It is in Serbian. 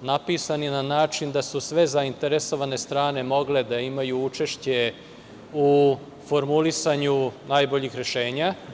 napisani na način da su sve zainteresovane strane mogle da imaju učešće u formulisanju najboljih rešenja.